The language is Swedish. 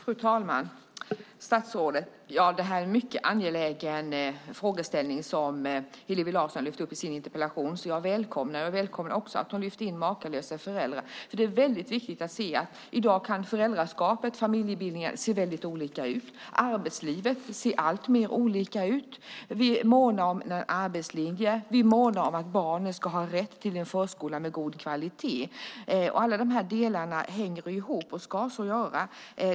Fru talman, statsrådet! Det är en mycket angelägen fråga som Hillevi Larsson har lyft fram i sin interpellation som jag välkomnar. Jag välkomnar också att hon lyfte in Makalösa föräldrar. I dag kan föräldraskapet och familjebildningarna se väldigt olika ut. Arbetslivet ser alltmer olika ut. Vi månar om en arbetslinje, och vi månar om att barnen ska ha rätt till en förskola med god kvalitet. Alla de här delarna hänger ihop, och ska så göra.